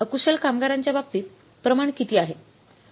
अकुशल कामगारांच्या बाबतीत प्रमाण किती आहे